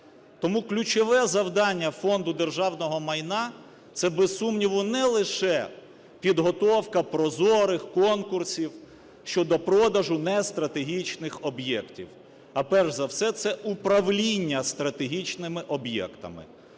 Тому ключове завдання Фонду державного майна це, без сумніву, не лише підготовка прозорих конкурсів щодо продажу нестратегічних об'єктів, а, перш за все, це управління стратегічними об'єктами.